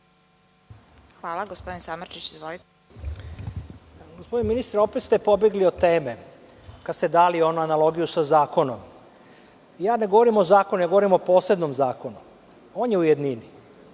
**Slobodan Samardžić** Gospodine ministre, opet ste pobegli od teme kada ste dali onu analogiju sa zakonom. Ne govorim o zakonu, govorim o posebnom zakonu. On je u jednini.